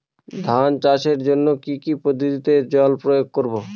ধান চাষের জন্যে কি কী পদ্ধতিতে জল প্রয়োগ করব?